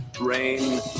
rain